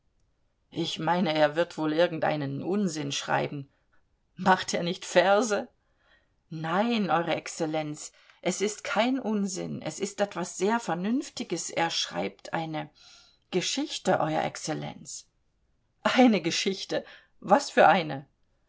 ich meine er wird wohl irgendeinen unsinn schreiben macht er nicht verse nein eure exzellenz es ist kein unsinn es ist etwas sehr vernünftiges er schreibt eine geschichte eure exzellenz eine geschichte was für eine